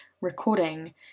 recording